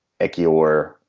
Ekior